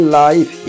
life